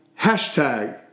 hashtag